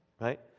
right